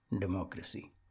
democracy